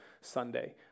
Sunday